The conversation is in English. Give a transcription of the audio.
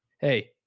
hey